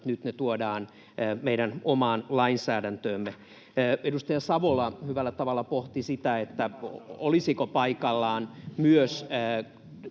— nyt ne tuodaan meidän omaan lainsäädäntöömme. Edustaja Savola hyvällä tavalla pohti sitä, olisiko paikallaan myös